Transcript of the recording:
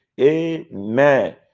Amen